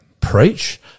Preach